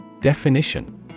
Definition